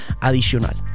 adicional